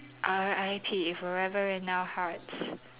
R_I_P forever in our hearts